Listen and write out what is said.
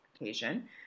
occasion